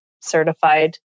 certified